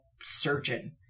surgeon